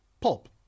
Pulp